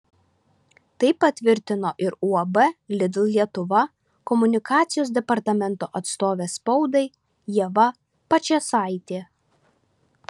tai patvirtino ir uab lidl lietuva komunikacijos departamento atstovė spaudai ieva pačėsaitė